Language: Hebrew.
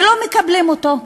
ולא מקבלים אותו.